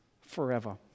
forever